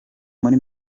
muri